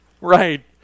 Right